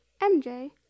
MJ